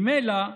ממילא,